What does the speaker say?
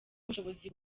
ubushobozi